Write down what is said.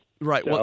Right